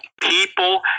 People